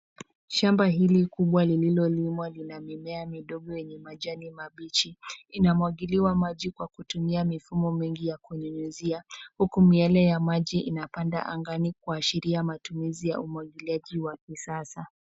Shamba hili kubwa lililolimwa. Lina mimea midogo yenye majani mabichi, inamwagiliwa maji kwa kutumia mifumo mingi, ya kunyunyizia huku miale ya maji inapanda angani ,kuashiria matumizi ya umwagiliaji wa kisasa.